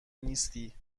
نیستی